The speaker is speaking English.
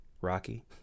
rocky